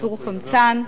ייצור חמצן,